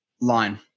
line